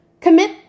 Commit